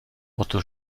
otto